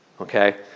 Okay